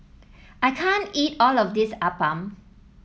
I can't eat all of this Appam